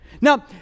Now